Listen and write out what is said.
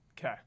Okay